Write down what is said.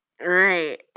Right